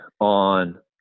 on